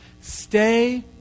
Stay